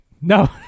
no